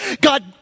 God